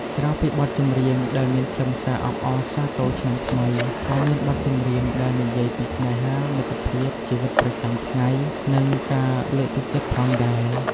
ក្រៅពីបទចម្រៀងដែលមានខ្លឹមសារអបអរសាទរឆ្នាំថ្មី ក៏មានបទចម្រៀងដែលនិយាយពីស្នេហា មិត្តភាព ជីវិតប្រចាំថ្ងៃ និងការលើកទឹកចិត្តផងដែរ។